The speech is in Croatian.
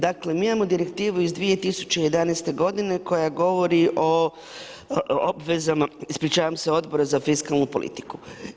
Dakle, mi imamo Direktivu iz 2011. godine koja govori o obvezama, ispričavam se, Odbora za fiskalnu politiku.